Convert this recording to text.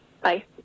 Bye